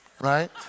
Right